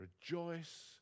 Rejoice